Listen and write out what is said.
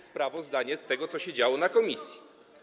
sprawozdanie z tego, co się działo w komisji.